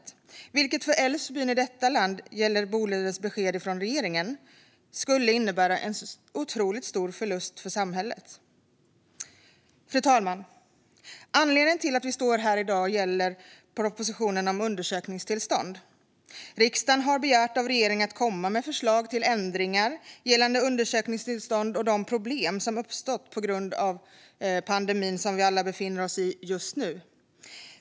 I fallet Älvsbyn innebär Bolidens besked från regeringen en otroligt stor förlust för samhället. Fru talman! Anledningen till att vi står här i dag är propositionen om undersökningstillstånd. Riksdagen begärde av regeringen att komma med förslag till ändringar gällande undersökningstillstånd och de problem som uppstått på grund av pandemin som vi alla befinner oss i just nu.